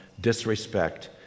disrespect